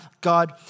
God